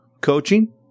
coaching